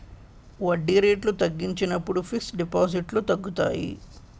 వడ్డీ రేట్లు తగ్గించినప్పుడు ఫిక్స్ డిపాజిట్లు తగ్గుతాయి